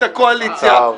את הקואליציה,